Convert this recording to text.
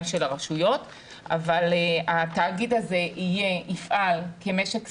של הרשויות אבל התאגיד הזה יפעל כמשק סגור,